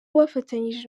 bafatanyije